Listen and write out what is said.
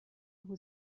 who